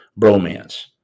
bromance